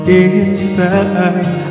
inside